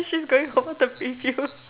she's going toilet to brief you